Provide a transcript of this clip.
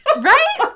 right